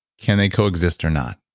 can they coexist or not?